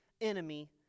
enemy